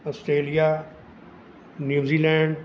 Australia New Zealand